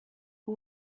who